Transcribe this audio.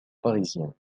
parisiens